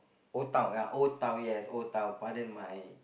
Old Town ya Old Town yes Old Town pardon my